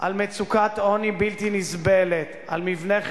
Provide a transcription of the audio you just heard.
אני מבין.